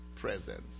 presence